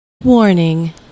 warning